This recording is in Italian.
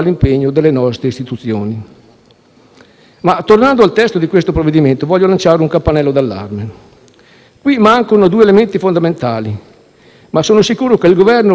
Ma tornando al testo del provvedimento, voglio lanciare un campanello d'allarme. Qui mancano due elementi fondamentali, ma sono sicuro che il Governo li integrerà in provvedimenti futuri: